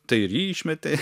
tai ir jį išmetė